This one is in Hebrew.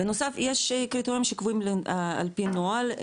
בנוסף יש קריטריונים שקבועים על פי נוהל,